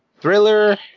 thriller